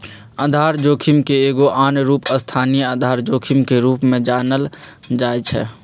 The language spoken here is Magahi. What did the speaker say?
आधार जोखिम के एगो आन रूप स्थानीय आधार जोखिम के रूप में जानल जाइ छै